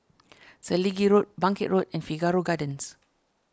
Selegie Road Bangkit Road and Figaro Gardens